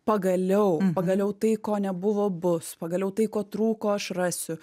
pagaliau pagaliau tai ko nebuvo bus pagaliau tai ko trūko aš rasiu